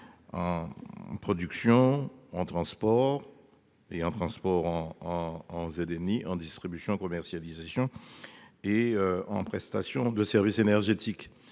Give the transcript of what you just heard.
En. Production en transport et en transport en. À 11 Denis en distribution commercialisation. Est en prestation de services énergétiques.